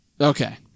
Okay